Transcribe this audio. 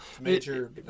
Major